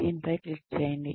దీనిపై క్లిక్ చేయండి